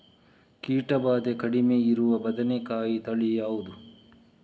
ಕೀಟ ಭಾದೆ ಕಡಿಮೆ ಇರುವ ಬದನೆಕಾಯಿ ತಳಿ ಯಾವುದು?